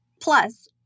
plus